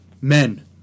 men